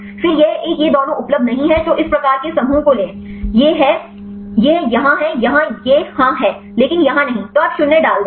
फिर यह एक यह दोनों उपलब्ध नहीं है तो इस प्रकार के समूह को लें यह हे यह यहाँ है यहाँ यह हाँ है लेकिन यहाँ नहीं तो आप 0 डाल दें